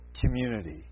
community